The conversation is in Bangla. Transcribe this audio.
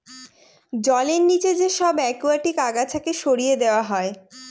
জলের নিচে যে সব একুয়াটিক আগাছাকে সরিয়ে দেওয়া হয়